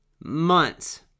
months